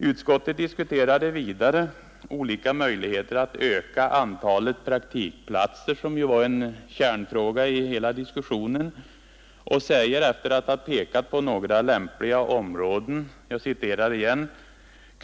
Utskottet diskuterade vidare olika möjligheter att öka antalet praktikplatser — det var en kärnfråga i denna diskussion — och sade efter att ha pekat på några lämpliga områden: ”Kungl.